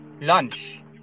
lunch